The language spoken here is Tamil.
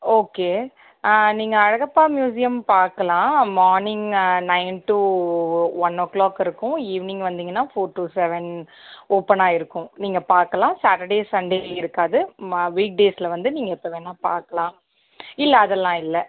ஓகே நீங்கள் அழகப்பா மியூசியம் பார்க்கலாம் morning nine to o one o'clock இருக்கும் ஈவ்னிங் வந்தீங்கன்னால் ஃபோர் டு செவன் ஓப்பனாக இருக்கும் நீங்கள் பார்க்கலாம் சாட்டர்டே சண்டேயில் இருக்காது மா வீக் டேஸ்சில் வந்து நீங்கள் எப்போ வேணால் பார்க்கலாம் இல்லை அதெல்லாம் இல்லை